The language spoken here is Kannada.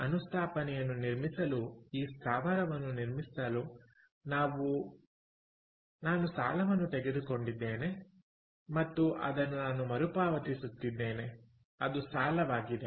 ಈ ಅನುಸ್ಥಾಪನೆಯನ್ನು ನಿರ್ಮಿಸಲು ಈ ಸ್ಥಾವರವನ್ನು ನಿರ್ಮಿಸಲು ನಾವು ನಾನು ಸಾಲವನ್ನು ತೆಗೆದುಕೊಂಡಿದ್ದೇನೆ ಮತ್ತು ಅದನ್ನು ನಾನು ಮರುಪಾವತಿಸುತ್ತಿದ್ದೇನೆ ಅದು ಸಾಲವಾಗಿದೆ